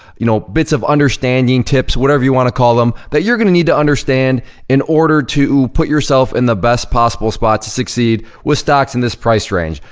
you know, bits of understanding, tips, whatever you wanna call em that you're gonna need to understand in order to put yourself in the best possible spot to succeed with stocks in this price range.